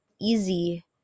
easy